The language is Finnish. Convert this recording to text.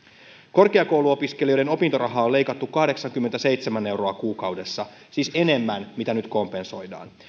korkeakouluopiskelijoiden opintorahaa on leikattu kahdeksankymmentäseitsemän euroa kuukaudessa siis enemmän mitä nyt kompensoidaan